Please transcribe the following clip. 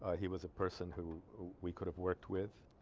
he was a person who we could have worked with